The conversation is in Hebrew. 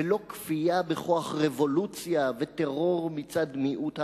ולא כפייה בכוח רבולוציה וטרור מצד מיעוט העם.